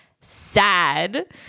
sad